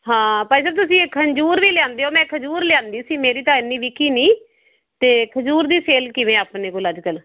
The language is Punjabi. ਹਾਂ ਭਾਈ ਸਾਹਿਬ ਤੁਸੀਂ ਇਹ ਖਜੂਰ ਵੀ ਲਿਆਂਦੇ ਹੋ ਮੈਂ ਖਜੂਰ ਲਿਆਂਦੀ ਸੀ ਮੇਰੀ ਤਾਂ ਇੰਨੀ ਵਿਕੀ ਨਹੀਂ ਅਤੇ ਖਜੂਰ ਦੀ ਸੇਲ ਕਿਵੇਂ ਆਪਣੇ ਕੋਲ ਅੱਜ ਕੱਲ੍ਹ